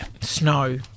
Snow